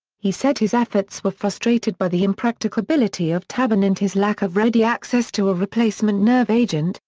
he said his efforts were frustrated by the impracticability of tabun and his lack of ready access to a replacement nerve agent,